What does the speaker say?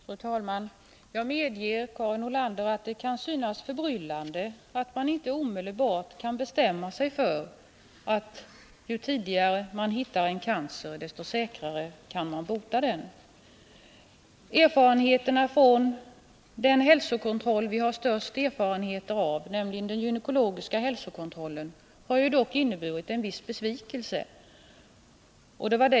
Fru talman! Jag medger, Karin Nordlander, att det kan synas förbryllande att man inte omedelbart kan bestämma sig för att ju tidigare man hittar en cancer, desto säkrare kan man bota den. Erfarenheterna av den hälsokontroll som vi har den största erfarenheten av, den gynekologiska hälsokontrollen, har dock inneburit en viss besvikelse.